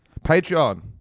Patreon